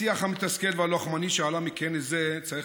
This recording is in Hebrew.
השיח המתסכל והלוחמני שעלה מכנס זה צריך